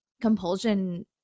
compulsion